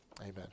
Amen